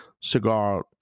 cigar